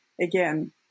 Again